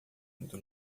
muito